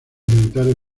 militares